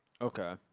Okay